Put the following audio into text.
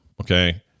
okay